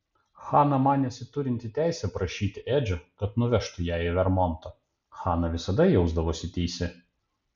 hana manėsi turinti teisę prašyti edžio kad nuvežtų ją į vermontą hana visada jausdavosi teisi